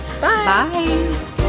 Bye